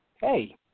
Hey